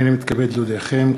הנני מתכבד להודיעכם,